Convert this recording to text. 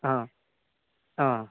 आं आं